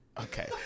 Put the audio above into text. okay